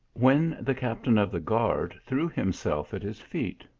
when the captain of the guard threw himself at his feet.